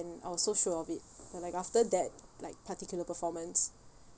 I was so sure of it then like after that like particular performance